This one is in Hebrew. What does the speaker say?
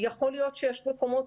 יכול להיות שיש מקומות,